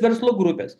verslo grupės